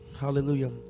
Hallelujah